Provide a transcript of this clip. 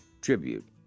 Tribute